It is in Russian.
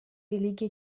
религия